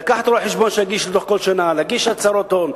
לקחת רואה-חשבון שיגיש דוח כל שנה ולהגיש הצהרות הון?